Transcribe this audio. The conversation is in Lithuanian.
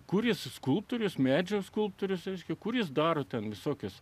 kuris skulptorius medžio skulptorius vyriškį kuris daro ten visokius